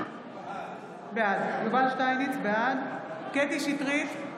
בעד קטי קטרין שטרית,